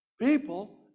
people